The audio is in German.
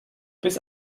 bis